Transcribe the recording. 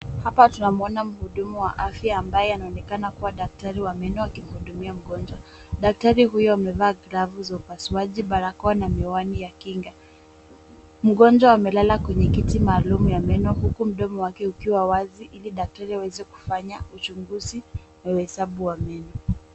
Hapa tunamuona mhudumu wa afya ambaye anaonekana kuwa daktari wa meno akimhudumia mgonjwa, daktari huyo amevaa glavu za upasuaji, barakoa na miwani ya kinga, mgonjwa amelala kwenye kiti maalumu ya meno, huku mdomo wake ukiwa wazi ili daktari aweze kufanya uchunguzi na uhesabu wa meno.